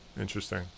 Interesting